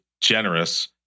generous